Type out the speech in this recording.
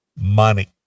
money